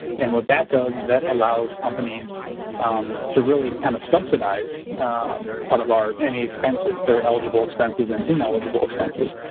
and what that does is that allows companies to really kind of subsidize part of our any expenses that are eligible expenses and ineligible expenses.